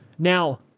Now